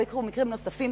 לא יקרו מקרים נוספים